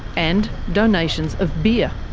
and donations of beer!